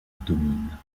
domine